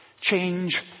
Change